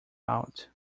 out